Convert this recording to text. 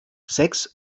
sechs